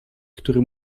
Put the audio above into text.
który